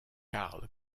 karl